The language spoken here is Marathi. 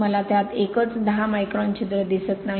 मला त्यात एकच 10 मायक्रॉन छिद्र दिसत नाही